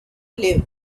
live